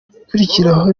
igikurikiraho